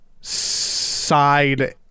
side